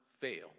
fail